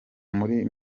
muri